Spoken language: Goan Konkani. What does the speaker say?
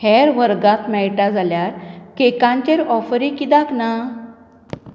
हेर वर्गात मेळटा जाल्यार केकांचेर ऑफरी कित्याक ना